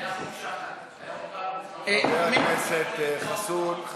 חבר הכנסת חסון.